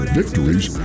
victories